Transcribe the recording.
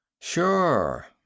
Sure